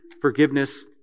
forgiveness